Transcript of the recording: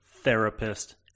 therapist